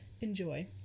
enjoy